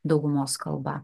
daugumos kalba